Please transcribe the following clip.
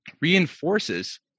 reinforces